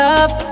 up